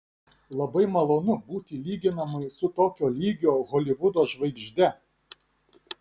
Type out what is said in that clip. labai malonu būti lyginamai su tokio lygio holivudo žvaigžde